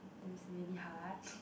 that is really hard